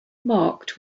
marked